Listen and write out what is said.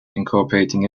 incorporating